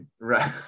Right